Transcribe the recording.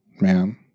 man